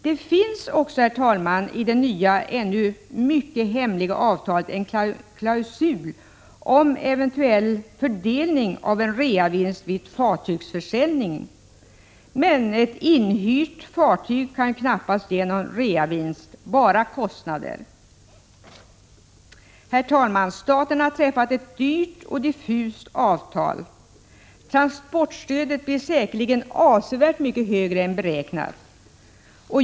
Det finns också i det nya, ännu mycket hemliga, avtalet en klausul om eventuell fördelning av en reavinst vid fartygsförsäljning, men ett inhyrt fartyg kan knappast ge någon reavinst, bara kostnader. Herr talman! Staten har träffat ett dyrt och diffust avtal. Transportstödet blir säkerligen avsevärt mycket högre än beräknat.